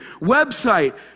Website